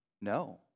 no